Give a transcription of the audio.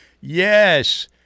Yes